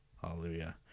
Hallelujah